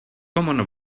common